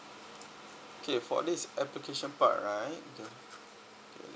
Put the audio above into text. okay for this application part right